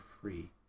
free